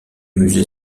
musée